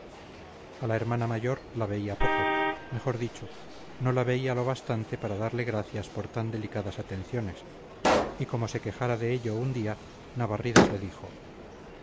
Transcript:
a la hermana mayor la veía poco mejor dicho no la veía lo bastante para darle gracias por tan delicadas atenciones y como se quejara de ello un día navarridas le dijo